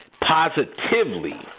positively